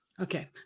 Okay